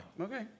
Okay